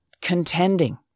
contending